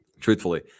truthfully